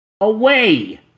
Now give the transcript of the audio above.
away